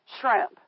shrimp